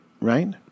Right